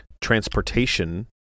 transportation